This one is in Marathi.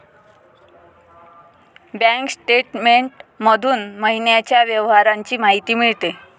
बँक स्टेटमेंट मधून महिन्याच्या व्यवहारांची माहिती मिळते